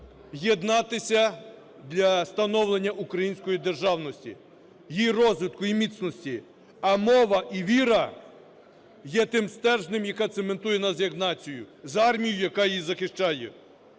єднатися для становлення української державності, її розвитку і міцності, а мова і віра є тим стержнем, яка цементує нас як націю з армією, яка її захищає.